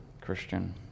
Christian